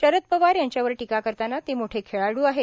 शरद पवार यांच्यावर टीका करताना ते मोठे खेळाडू आहेत